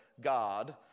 God